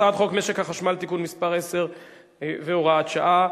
חוק משק החשמל (תיקון מס' 10 והוראת שעה),